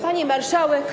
Pani Marszałek!